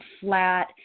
flat